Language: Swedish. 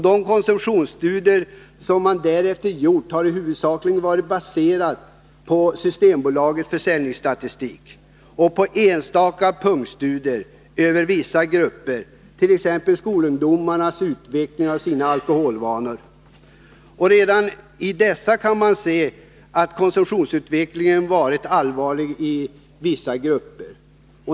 De konsumtionsstudier som därefter gjorts har huvudsakligen varit baserade på Systembolagets försäljningsstatistik samt på enstaka punktstudier över hur vissa grupper, t.ex. skolungdomar, utvecklat sina alkoholvanor. Redan av dessa kan man se att konsumtionsutvecklingen varit allvarlig i vissa grupper.